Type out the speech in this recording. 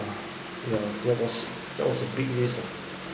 yeah that was that was a big risk ah